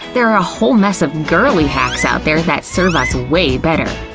there are a whole mess of girly hacks out there that serve us way better.